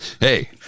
Hey